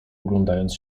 oglądając